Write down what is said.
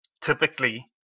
typically